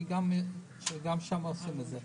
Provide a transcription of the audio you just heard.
שגם שם עושים את זה.